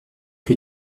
que